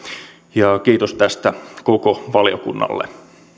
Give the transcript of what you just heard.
ja kiitos tästä koko valiokunnalle